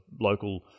local